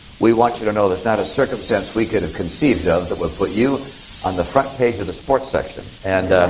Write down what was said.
we want you to know there's not a circumstance we could have conceived of that would put you on the front page of the sports section. and